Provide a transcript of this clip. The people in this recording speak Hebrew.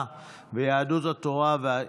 השפיטה (תיקון, הגבלת זכות העמידה),